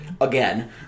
again